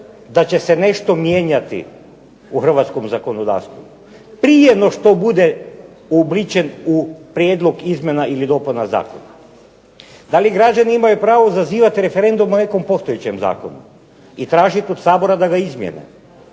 da će se nešto mijenjati u hrvatskom zakonodavstvu prije no što bude uobličen u prijedlog izmjena ili dopuna zakona. Da li građani imaju pravo zazivati referendum o nekom postojećem zakonu i tražiti od Sabora da ga izmijene?